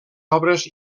obres